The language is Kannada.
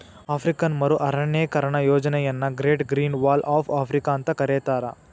ಆಫ್ರಿಕನ್ ಮರು ಅರಣ್ಯೇಕರಣ ಯೋಜನೆಯನ್ನ great green wall of Africa ಅಂತ ಕರೇತಾರ